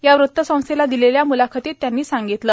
या वृत्त संस्थेला दिलेल्या मुलाखतीत त्यांनी सांगितलं